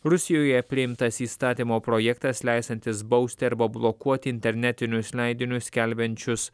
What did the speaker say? rusijoje priimtas įstatymo projektas leisiantis bausti arba blokuoti internetinius leidinius skelbiančius